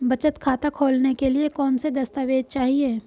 बचत खाता खोलने के लिए कौनसे दस्तावेज़ चाहिए?